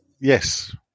Yes